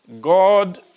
God